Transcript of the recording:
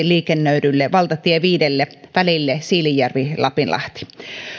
liikennöidylle valtatie viidelle välille siilinjärvi lapinlahti